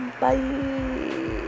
bye